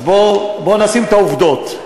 אז בואו נשים את העובדות,